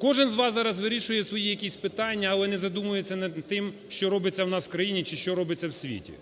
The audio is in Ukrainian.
Кожен з вас зараз вирішує свої якісь питання, але не задумується над тим, що робиться у нас в країні чи що робиться в світі.